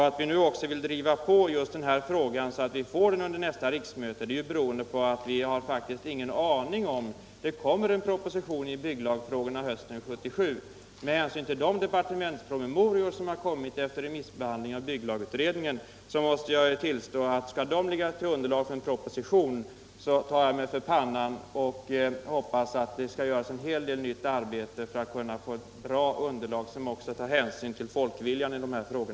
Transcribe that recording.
Att vi just nu vill driva på denna fråga inför nästa riksmöte beror på att vi faktiskt inte har en aning om vad som skall komma. En proposition i bygglagfrågorna kommer att framläggas hösten 1977. Men hänsyn till de departementspromemorior som kommit efter remissbehandlingen av bygglagutredningen måste jag tillstå att jag tar mig för pannan om de skall ligga till grund för en proposition. Jag hoppas att denna fråga dessförinnan kommer att bearbetas ytterligare en hel del i syfte att på ett bättre sätt ta hänsyn till folkviljan i dessa frågor.